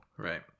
Right